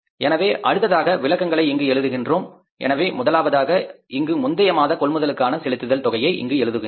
எனவே அடுத்ததாக விளக்கங்களை இங்கு எழுதுகின்றோம் எனவே முதலாவதாக இங்கு முந்தைய மாத கொள்முதலுக்கான செலுத்துதல் தொகையை இங்கு எழுதுகின்றோம்